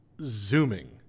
zooming